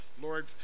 Lord